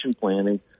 planning